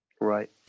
right